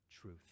truth